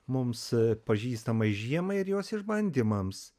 mums pažįstamai žiemai ir jos išbandymams